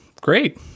great